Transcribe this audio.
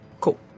Cool